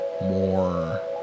more